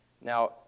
Now